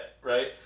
right